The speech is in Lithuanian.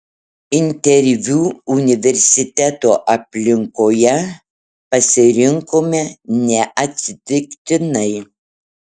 interviu universiteto aplinkoje pasirinkome neatsitiktinai